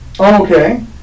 okay